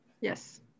Yes